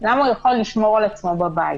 ולמה הוא כן יכול לשמור על עצמו בבית.